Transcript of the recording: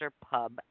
Pub